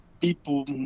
People